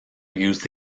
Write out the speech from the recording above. used